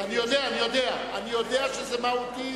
אני יודע שזה מהותי,